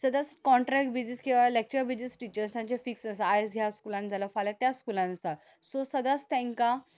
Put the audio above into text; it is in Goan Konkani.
सद्द्या कॉन्ट्रेक्ट बेजीस टिचर्सांची किंवा लेक्चर बेजीस टिचर्सांची जे फिक्स आसा आज ह्या स्कुलान जाल्या फाल्यां त्या स्कुलान आसता सो सदांच तेंकां